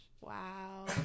Wow